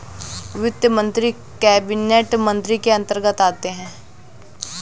वित्त मंत्री कैबिनेट मंत्री के अंतर्गत आते है